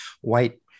white